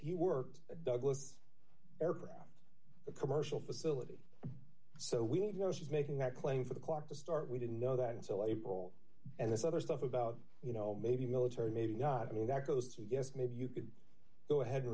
he worked at douglas aircraft a commercial facility so we need to know she's making that claim for the clock to start we didn't know that until april and this other stuff about you know maybe military maybe not i mean that goes to guess maybe you could go ahead